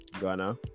Ghana